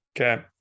Okay